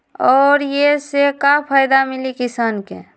और ये से का फायदा मिली किसान के?